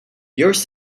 yours